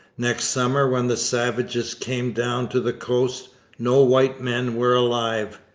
next summer when the savages came down to the coast no white men were alive.